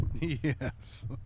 yes